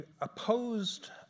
opposed